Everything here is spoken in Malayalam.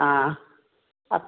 ആ ആ